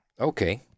Okay